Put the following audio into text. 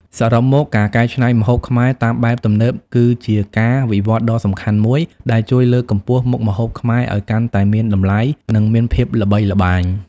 សរុបមក ការកែច្នៃម្ហូបខ្មែរតាមបែបទំនើប គឺជាការវិវត្តដ៏សំខាន់មួយដែលជួយលើកកម្ពស់មុខម្ហូបខ្មែរឲ្យកាន់តែមានតម្លៃ និងមានភាពល្បីល្បាញ។